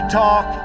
talk